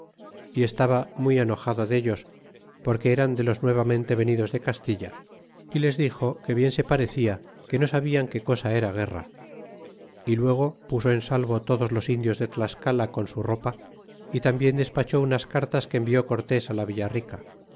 y estaba muy enojado dellos porque eran de los nuevamente venidos de castilla y les dixo que bien se parecia que no sabian qué cosa era guerra y luego puso en salvo todos los indios de tlascala con su ropa y tambien despachó unas cartas que envió cortés la villa